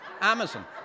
Amazon